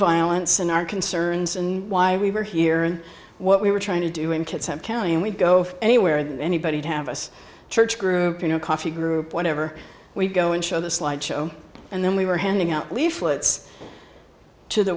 nonviolence and our concerns and why we were here and what we were trying to do in kids have county and we go anywhere anybody would have us church group you know coffee group whatever we'd go in show the slide show and then we were handing out leaflets to the